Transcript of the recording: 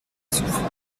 souffle